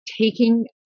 taking